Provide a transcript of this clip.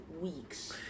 weeks